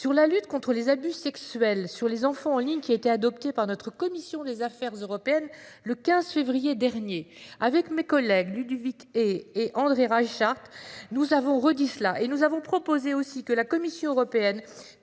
sur la lutte contre les abus sexuels sur les enfants en ligne qui a été adopté par notre commission des affaires européennes. Le 15 février dernier avec mes collègues Ludovic et et André rachat nous avons redit cela et nous avons proposé aussi que la Commission européenne